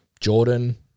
jordan